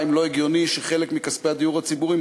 אם לא הגיוני שחלק מכספי הדיור הציבורי,